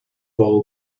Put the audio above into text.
all